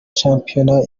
shampiona